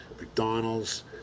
McDonald's